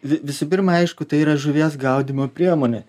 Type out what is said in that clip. vi visų pirma aišku tai yra žuvies gaudymo priemonė